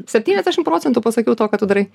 septyniasdešim procentų pasakiau to ką tu darai